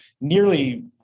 nearly